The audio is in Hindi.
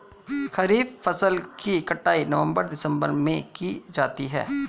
खरीफ फसल की कटाई नवंबर दिसंबर में की जाती है